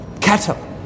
cattle